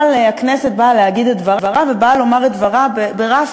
אבל הכנסת באה להגיד את דברה ובאה לומר את דברה ברף